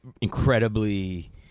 Incredibly